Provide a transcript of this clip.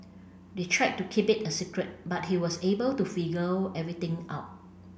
they tried to keep it a secret but he was able to figure everything out